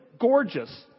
gorgeous